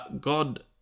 God